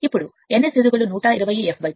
ఇప్పుడు n S 120 f P